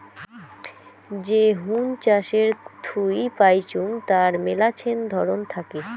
যে হুন চাষের থুই পাইচুঙ তার মেলাছেন ধরন থাকি